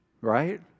Right